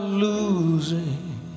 losing